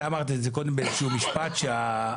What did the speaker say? אתה אמרת את זה קודם באיזשהו משפט שאנחנו